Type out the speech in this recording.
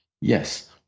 Yes